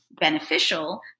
beneficial